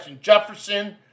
Jefferson